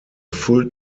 full